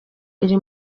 iri